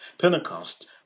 Pentecost